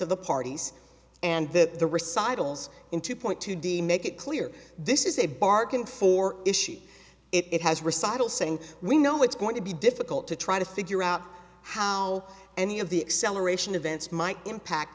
of the parties and that the recitals in two point two d make it clear this is a bargain for issues it has recitals saying we know it's going to be difficult to try to figure out how any of the acceleration events might impact